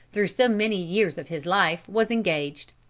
through so many years of his life, was engaged.